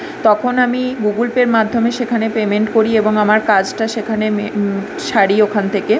তখন আমি গুগুল পের মাধ্যমে সেখানে পেমেন্ট করি এবং আমার কাজটা সেখানে মে সারি ওখান থেকে